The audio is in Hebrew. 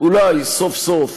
אולי סוף-סוף